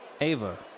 Ava